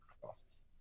costs